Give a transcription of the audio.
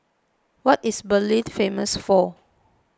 What is Berlin famous for